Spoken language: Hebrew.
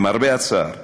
למרבה הצער,